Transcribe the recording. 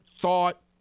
thought